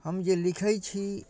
हम जे लिखै छी